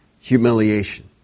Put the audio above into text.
humiliation